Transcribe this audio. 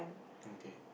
okay